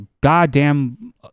goddamn